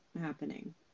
happening